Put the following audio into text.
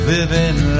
Living